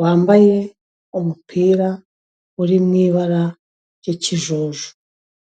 wambaye umupira uri mu ibara ry'ikijuju.